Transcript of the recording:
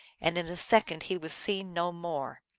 and in a second he was seen no more.